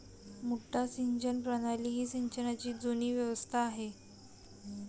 मुड्डा सिंचन प्रणाली ही सिंचनाची जुनी व्यवस्था आहे